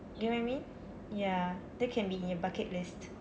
get what I mean ya that can be in your bucket list